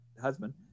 husband